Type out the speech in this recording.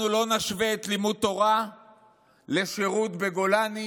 אנחנו לא נשווה את לימוד תורה לשירות בגולני,